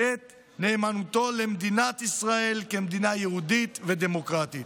את נאמנותו למדינת ישראל כמדינה יהודית ודמוקרטית.